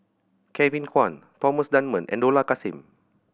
Kevin Kwan Thomas Dunman and Dollah Kassim